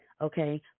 okay